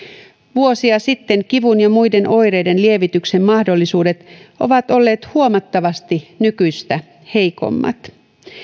vuosia sitten kivun ja muiden oireiden lievityksen mahdollisuudet ovat olleet huomattavasti nykyistä heikommat